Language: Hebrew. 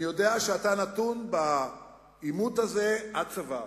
אני יודע שאתה נתון בעימות הזה עד צוואר,